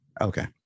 Okay